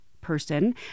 person